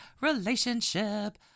relationship